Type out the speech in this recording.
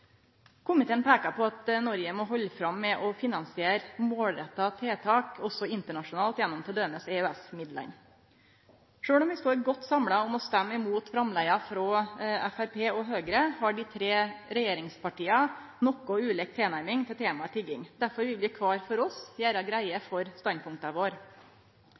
Komiteen peikar på at Noreg må halde fram med å finansiere målretta tiltak også internasjonalt gjennom t.d. EØS-midlane. Sjølv om vi står godt samla om å stemme imot framlegga frå Framstegspartiet og Høgre, har dei tre regjeringspartia noko ulik tilnærming til temaet tigging. Derfor vil vi kvar for oss gjere greie for standpunkta våre.